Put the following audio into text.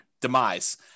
demise